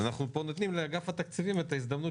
אנחנו נותנים פה לאגף התקציבים את ההזדמנות